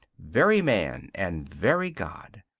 very man and very god.